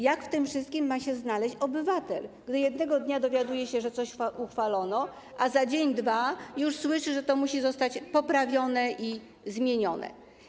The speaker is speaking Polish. Jak w tym wszystkim ma się odnaleźć obywatel, gdy jednego dnia dowiaduje się, że coś uchwalono, a za dzień lub dwa dni słyszy, że to musi zostać poprawione i zmienione?